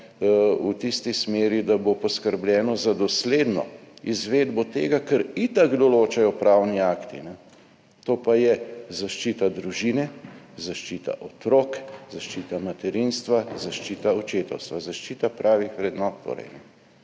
v tisti smeri, da bo poskrbljeno za dosledno izvedbo tega, kar itak določajo pravni akti, to pa je zaščita družine, zaščita otrok, zaščita materinstva, zaščita očetovstva, zaščita pravih vrednot.